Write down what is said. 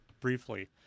briefly